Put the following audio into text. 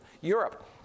Europe